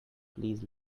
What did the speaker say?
please